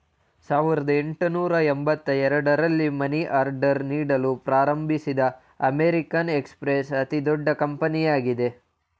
ಸಾವಿರದ ಎಂಟುನೂರು ಎಂಬತ್ತ ಎರಡು ರಲ್ಲಿ ಮನಿ ಆರ್ಡರ್ ನೀಡಲು ಪ್ರಾರಂಭಿಸಿದ ಅಮೇರಿಕನ್ ಎಕ್ಸ್ಪ್ರೆಸ್ ಅತಿದೊಡ್ಡ ಕಂಪನಿಯಾಗಿದೆ